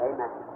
Amen